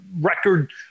record